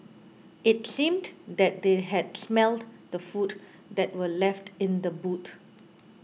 it seemed that they had smelt the food that were left in the boot